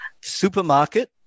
supermarket